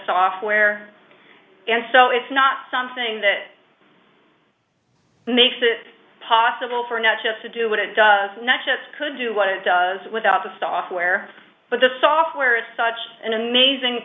software and so it's not something that makes it possible for now just to do what it could do what it does without the software but the software is such an amazing